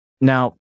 Now